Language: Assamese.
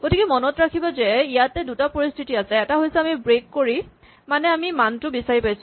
গতিকে মনত ৰাখিবা যে ইয়াত দুটা পৰিস্হিতি আছে এটা হৈছে আমি ব্ৰেক কৰিম তাৰমানে আমি মানটো বিচাৰি পাইছো